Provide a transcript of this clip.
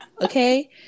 Okay